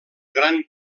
gran